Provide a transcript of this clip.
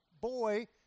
boy